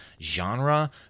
genre